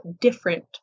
different